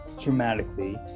dramatically